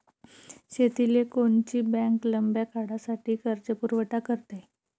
शेतीले कोनची बँक लंब्या काळासाठी कर्जपुरवठा करते?